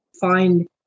Find